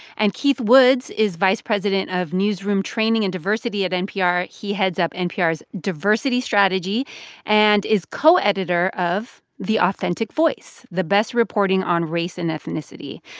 and keith woods is vice president of newsroom training and diversity at npr. he heads up npr's diversity strategy and is co-editor of the authentic voice the best reporting on race and ethnicity.